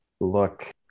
look